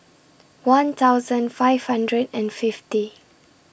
one thousand five hundred and fifty